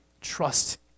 Trust